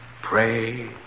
Pray